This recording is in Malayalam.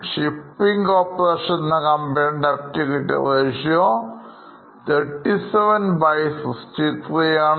shipping corporation എന്ന കമ്പനിക്ക് Debt equity ratio 3763 ആണ്